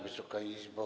Wysoka Izbo!